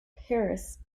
paris